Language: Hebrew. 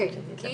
היא